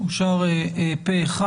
אושר פה אחד.